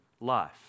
life